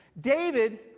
David